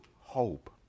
hope